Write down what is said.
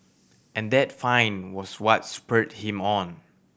and that find was what spurred him on